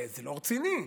זה לא רציני.